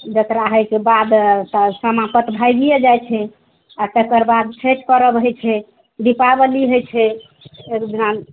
दशहरा हइ छै बाद तऽ सामा पर तऽ भागिए जाइ छै आ तकर बाद छठि परब हइ छै दिपावली हइ छै एक दिना